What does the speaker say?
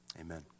amen